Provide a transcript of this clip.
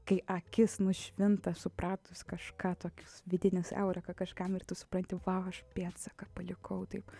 kai akis nušvinta supratus kažką tokius vidinis eureka kažkam ir tu supranti va aš pėdsaką palikau taip